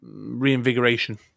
reinvigoration